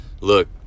look